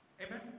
Amen